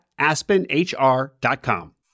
AspenHR.com